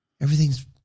everything's